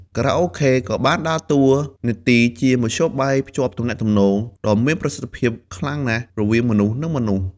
ខារ៉ាអូខេក៏បានដើរតួនាទីជាមធ្យោបាយភ្ជាប់ទំនាក់ទំនង ដ៏មានប្រសិទ្ធភាពខ្លាំងណាស់រវាងមនុស្សនិងមនុស្ស។